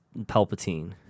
palpatine